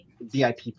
VIP